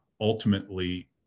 ultimately